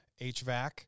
HVAC